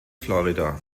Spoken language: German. florida